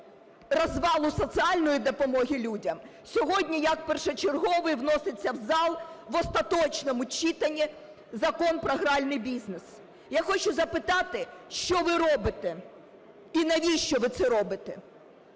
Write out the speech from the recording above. розвалу соціальної допомоги людям сьогодні як першочерговий вноситься в зал в остаточному читанні Закон про гральний бізнес. Я хочу запитати: що ви робите і навіщо ви це робите?